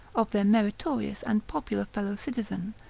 of their meritorious and popular fellow-citizen,